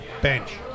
bench